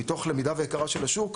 מתוך למידה והכרה של השוק,